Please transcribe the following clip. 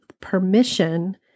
permission